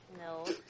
No